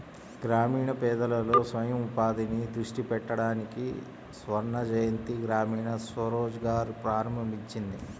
గ్రామీణ పేదలలో స్వయం ఉపాధిని దృష్టి పెట్టడానికి స్వర్ణజయంతి గ్రామీణ స్వరోజ్గార్ ప్రారంభించింది